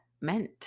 meant